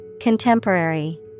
Contemporary